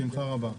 בשמחה רבה.